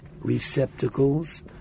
receptacles